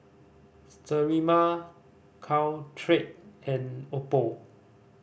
Sterimar Caltrate and Oppo